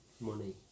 money